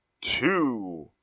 two